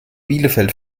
bielefeld